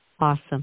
Awesome